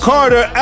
Carter